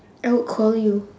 I would call you